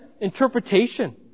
interpretation